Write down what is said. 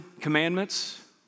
commandments